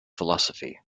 philosophy